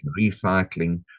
recycling